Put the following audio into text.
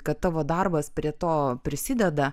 kad tavo darbas prie to prisideda